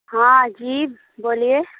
ہاں جی بولیے